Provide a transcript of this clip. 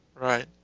right